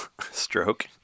stroke